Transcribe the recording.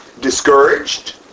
Discouraged